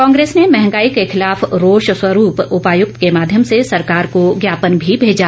कांग्रेस ने मंहगाई के खिलाफ रोष स्वरूप उपायुक्त के माध्यम से सरकार को ज्ञापन भी भेजा